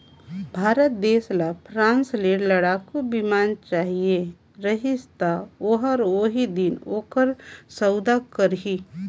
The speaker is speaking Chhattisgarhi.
भारत देस ल फ्रांस ले लड़ाकू बिमान चाहिए रही ता ओहर ओही दिन ओकर सउदा करही